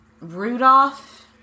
Rudolph